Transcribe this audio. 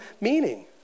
meaning